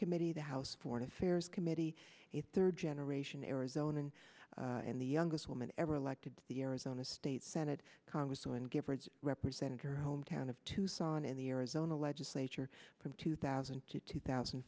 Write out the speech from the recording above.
committee the house foreign affairs committee a third generation arizona and and the youngest woman ever elected to the arizona state senate congresswoman giffords represented her hometown of tucson in the arizona legislature from two thousand to two thousand